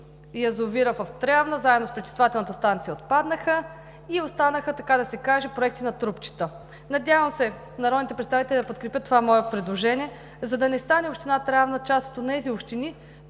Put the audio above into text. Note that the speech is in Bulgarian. язовирът в Трявна, заедно с пречиствателната станция отпаднаха и останаха, така да се каже проекти на трупчета. Надявам се народните представители да подкрепят това мое предложение, за да не стане община Трявна част от онези общини,